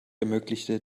ermöglichte